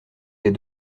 des